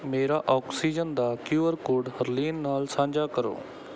ਮੇਰਾ ਆਕਸੀਜਨ ਦਾ Q R code Harleen ਨਾਲ ਸਾਂਝਾ ਕਰੋ